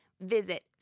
Visit